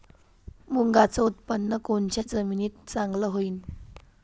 मुंगाचं उत्पादन कोनच्या जमीनीत चांगलं होईन?